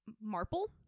Marple